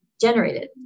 generated